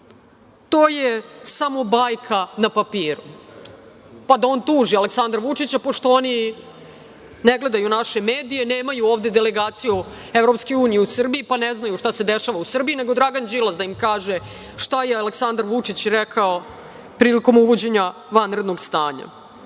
to je samo bajka na papiru, pa da on tuži Aleksandra Vučića, pošto oni ne gledaju naše medije, nemaju ovde delegaciju EU u Srbiji, pa ne znaju šta se dešava u Srbiji, nego Dragan Đilas da im kaže šta je Aleksandar Vučić rekao prilikom uvođenja vanrednog stanja. Kaže